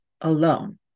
alone